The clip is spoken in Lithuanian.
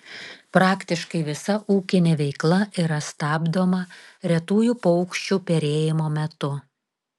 praktiškai visa ūkinė veikla yra stabdoma retųjų paukščių perėjimo metu